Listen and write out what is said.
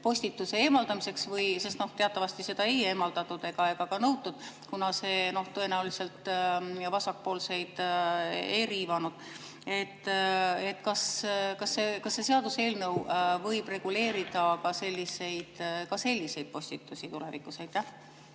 postituse eemaldamiseks? Teatavasti seda ei eemaldatud ega ka nõutud, kuna see tõenäoliselt vasakpoolseid ei riivanud. Kas see seaduseelnõu võib reguleerida ka selliseid postitusi tulevikus?